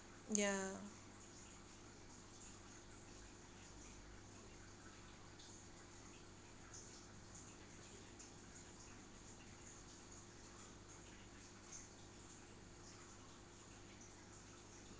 ya